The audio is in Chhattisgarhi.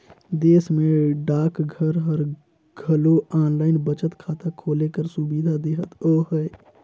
देस में डाकघर हर घलो आनलाईन बचत खाता खोले कर सुबिधा देहत अहे